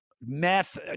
Meth